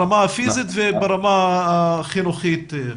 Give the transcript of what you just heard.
ברמה הפיזית וברמה החינוכית.